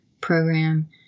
program